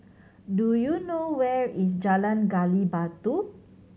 do you know where is Jalan Gali Batu